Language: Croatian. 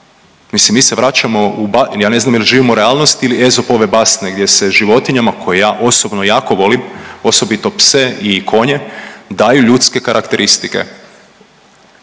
Mislim mi se vraćamo u, ja ne znam jel živimo u realnosti ili Ezopove basne gdje se životinjama koje ja osobno jako volim, osobito pse i konje, daju ljudske karakteristike?